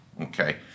okay